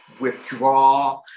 withdraw